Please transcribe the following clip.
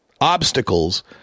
obstacles